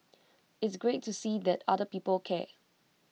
it's great to see that other people care